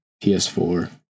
PS4